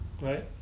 right